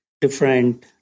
different